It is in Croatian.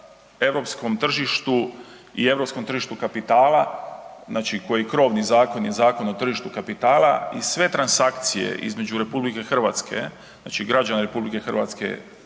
europskom tržištu i europskom tržištu kapitala, znači koji je krovni zakon je Zakon o tržištu kapitala i sve transakcije između RH, znači građana RH, poduzeća,